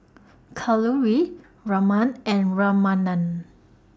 Kalluri Raman and Ramanand